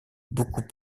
beaucoup